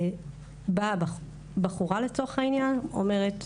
באה בחורה לצורך העניין, אומרת,